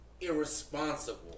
irresponsible